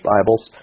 Bibles